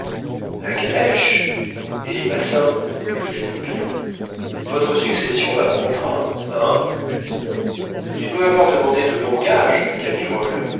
la calèche hé massin cria goupil votre succession va bon train hein tu dois avoir demandé de bons gages